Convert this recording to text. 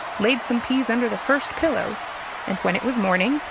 laid some peas under the first pillow and when it was morning,